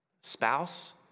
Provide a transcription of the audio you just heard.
spouse